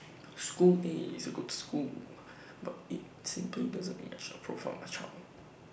school A is A good school but IT simply doesn't match the profile of my child